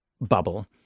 bubble